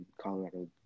Colorado